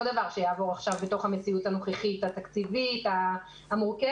דבר שיעבור עכשיו בתוך המציאות הנוכחית התקציבית המורכבת.